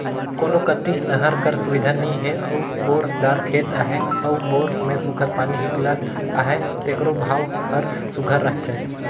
कोनो कती नहर कर सुबिधा नी हे अउ बोर दार खेत अहे अउ बोर में सुग्घर पानी हिंकलत अहे तेकरो भाव हर सुघर रहथे